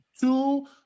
two